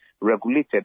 regulated